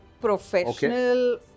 professional